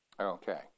Okay